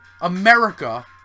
America